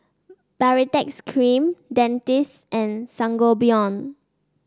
Baritex Cream Dentiste and Sangobion